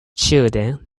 children